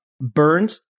burns